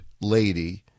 lady